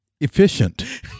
Efficient